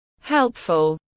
helpful